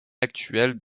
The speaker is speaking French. actuelle